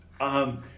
Um-